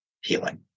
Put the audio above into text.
healing